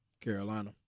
Carolina